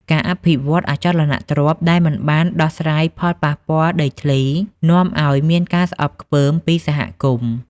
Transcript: ការអភិវឌ្ឍអចលនទ្រព្យដែលមិនបានដោះស្រាយផលប៉ះពាល់ដីធ្លី នាំឱ្យមានការស្អប់ខ្ពើមពីសហគមន៍។